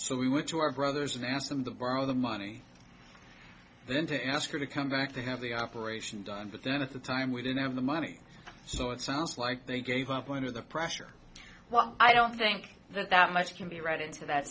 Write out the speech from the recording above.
so we went to our brothers and asked them to borrow the money then to ask her to come back to have the operation done but then at the time we didn't have the money so it sounds like they gave up under the pressure well i don't think that that much can be read into that